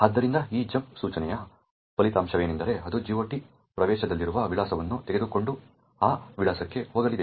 ಆದ್ದರಿಂದ ಈ ಜಂಪ್ ಸೂಚನೆಯ ಫಲಿತಾಂಶವೆಂದರೆ ಅದು GOT ಪ್ರವೇಶದಲ್ಲಿರುವ ವಿಳಾಸವನ್ನು ತೆಗೆದುಕೊಂಡು ಆ ವಿಳಾಸಕ್ಕೆ ಹೋಗಲಿದೆ